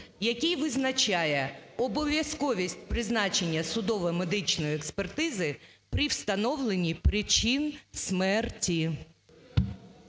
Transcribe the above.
який визначає обов'язковість призначення судово-медичної експертизи при встановленні причин смерті.